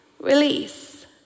release